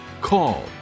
call